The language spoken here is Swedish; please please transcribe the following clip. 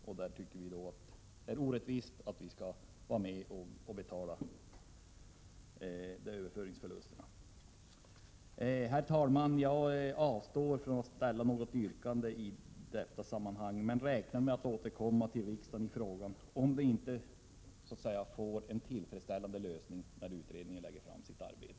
Vi tycker att det således är orättvist att vi skall vara med och betala dessa överföringsförluster. Herr talman! Jag avstår från att nu framställa något yrkande, men jag räknar med att återkomma till riksdagen om frågan inte får en tillfredsställande lösning efter det att utredningen har fullgjort sitt arbete.